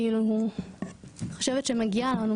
כאילו אני חושבת שמגיע לנו,